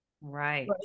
Right